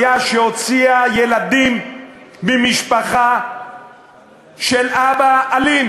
היה שהוציאה ילדים ממשפחה של אבא אלים.